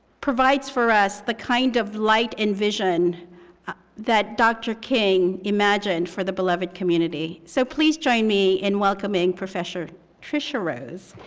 provides for us the kind of light and vision that dr. king imagined for the beloved community. so please join me in welcoming professor tricia rose